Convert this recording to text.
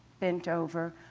bent over,